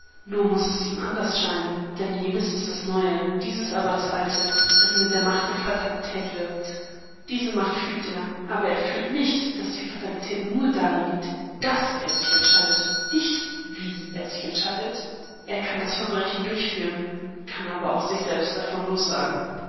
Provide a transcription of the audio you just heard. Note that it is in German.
nur muß es ihm anders scheinen denn jenes ist das neue dieses aber das alte das mit der macht der fatalität wirkt diese macht fühlt er aber er fühlt nicht daß die fatalität nur darin liegt daß er sich entscheidet nicht wie er sich entscheidet er kann das verbrechen durchführen kann aber auch sich selber davon lossagen